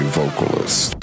vocalist